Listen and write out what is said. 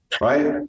right